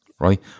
Right